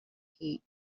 heat